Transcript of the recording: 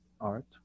art